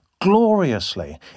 gloriously